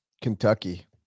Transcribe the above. Kentucky